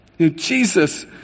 Jesus